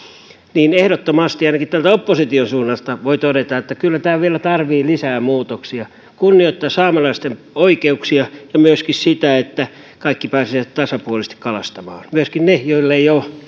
niin ehdottomasti ainakin täältä opposition suunnasta voi todeta että kyllä tämä vielä tarvitsee lisää muutoksia kunnioittaakseen saamelaisten oikeuksia ja myöskin sitä että kaikki pääsisivät tasapuolisesti kalastamaan myöskin ne joilla ei ole